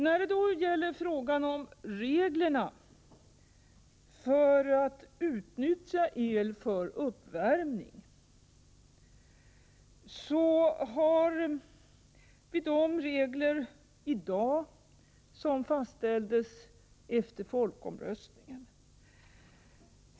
När det gäller frågan om reglerna för att utnyttja el för uppvärmning så har vi nu de regler som fastställdes efter folkomröstningen.